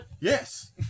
Yes